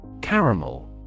Caramel